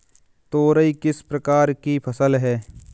तोरई किस प्रकार की फसल है?